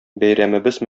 бәйрәмебез